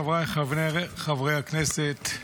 חבריי חברי הכנסת.